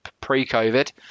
pre-COVID